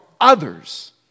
others